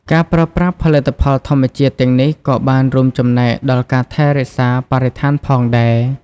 ការប្រើប្រាស់ផលិតផលធម្មជាតិទាំងនេះក៏បានរួមចំណែកដល់ការថែរក្សាបរិស្ថានផងដែរ។